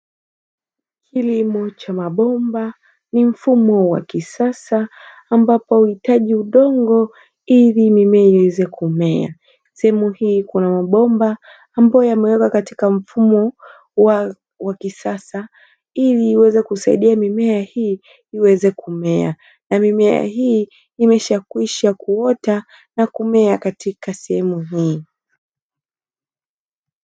Kilimo cha mabomba ni mfumo wa kisasa ambapo huhitaji udongo ili mimea iweze kumea. Sehemu hii kuna mabomba ambayo yameweka katika mfumo wa kisasa ili iweze kusaidia mimea hii iweze kumea, na mimea hii imeshakwisha kuota na kumea katika sehemu hii.